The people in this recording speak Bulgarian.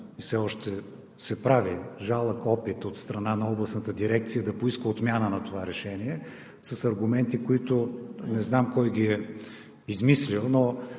и все още се прави жалък опит от страна на областната дирекция, да поиска отмяна на това решение с аргументи, които не знам кой ги е измислил, но